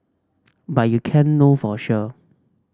but you can't know for sure